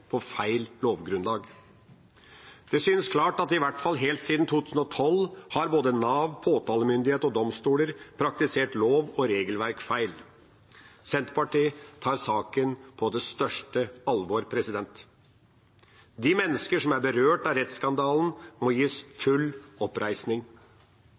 på feil lovgrunnlag. Det synes klart at i hvert fall helt siden 2012 har både Nav, påtalemyndighet og domstoler praktisert lov og regelverk feil. Senterpartiet tar saken på det største alvor. De menneskene som er berørt av rettsskandalen, må gis